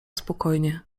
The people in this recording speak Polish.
spokojnie